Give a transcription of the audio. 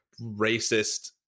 racist